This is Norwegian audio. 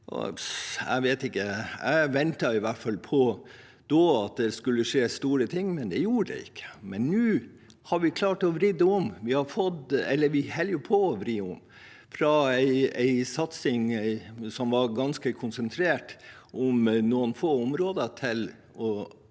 fall da på at det skulle skje store ting, men det gjorde det ikke. Nå har vi klart å vri det om, eller vi holder på å vri om, fra en satsing som var ganske konsentrert om noen få områder, til